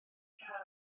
rhan